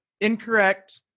incorrect